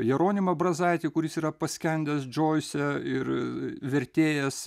jeronimą brazaitį kuris yra paskendęs džoise ir vertėjas